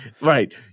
Right